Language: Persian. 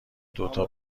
دوتا